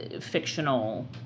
fictional